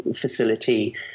facility